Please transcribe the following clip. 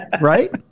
Right